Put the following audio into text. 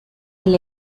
del